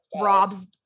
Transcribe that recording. Rob's